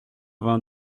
vingt